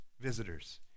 visitors